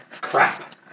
Crap